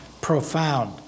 profound